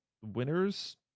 winners